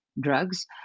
drugs